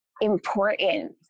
important